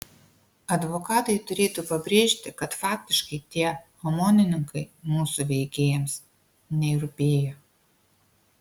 advokatai turėtų pabrėžti kad faktiškai tie omonininkai mūsų veikėjams nei rūpėjo